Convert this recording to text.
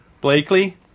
Blakely